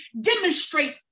demonstrate